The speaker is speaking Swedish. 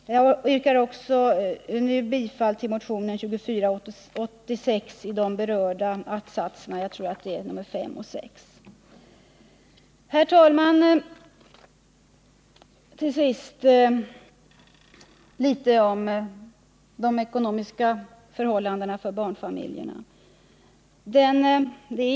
Jag yrkar bifall till motionen 2486 i de berörda att-satserna 5. och 6. Herr talman! Till sist skall jag säga litet om de ekonomiska förhållandena för barnfamiljerna.